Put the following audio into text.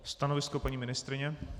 Stanovisko paní ministryně.